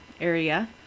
area